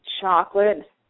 chocolate